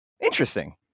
Interesting